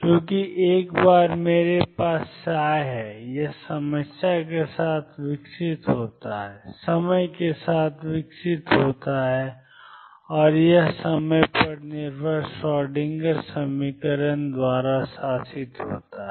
क्योंकि एक बार मेरे पास है यह समय के साथ विकसित होता है और यह समय पर निर्भर श्रोएडिंगर समीकरण द्वारा शासित होता है